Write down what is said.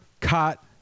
caught